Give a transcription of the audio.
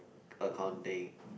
accounting